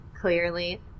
clearly